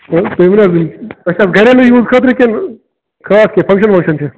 تُہۍ ؤنِو حظ تۄہہِ چھِ حظ گریلوٗ یوٗز خٲطرٕ کنہ خاص کینٛہہ فنگشن ونگشن چھ